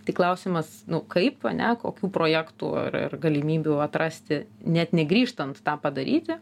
tik klausimas kaip ane kokių projektų ar galimybių atrasti net negrįžtant tą padaryti